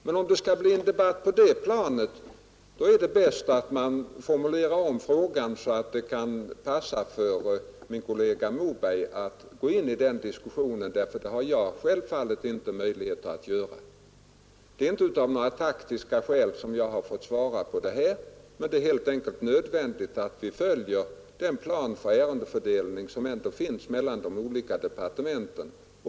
Men om det skall bli en debatt på det planet är det bäst att man formulerar om frågan så att den kan passa för min kollega Moberg att gå in i diskussionen, för det har jag självfallet inte möjligheter att göra. Det är inte av några taktiska skäl som jag har fått svara på den här interpellationen; det är helt enkelt nödvändigt att vi följer den existerande planen för ärendefördelning mellan de olika departementen.